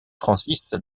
francis